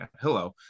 Hello